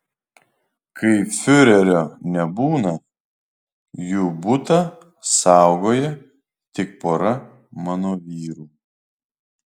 kai fiurerio nebūna jų butą saugoja tik pora mano vyrų